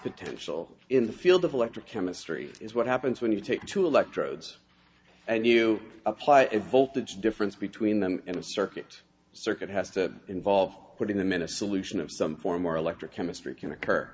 potential in the field of electric chemistry is what happens when you take two electrodes and you apply a voltage difference between them and a circuit circuit has to involve putting them in a solution of some form or electric chemistry can occur